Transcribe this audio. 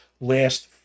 last